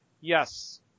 Yes